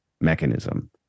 mechanism